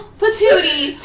patootie